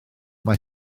mae